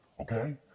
okay